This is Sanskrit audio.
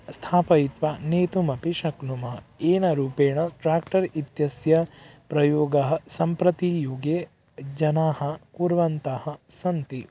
स्थापयित्वा नेतुम् अपि शक्नुमः येन रूपेण ट्राक्ट्रर् इत्यस्य प्रयोगः सम्प्रतियुगे जनाः कुर्वन्तः सन्ति